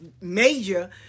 major